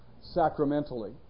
sacramentally